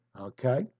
Okay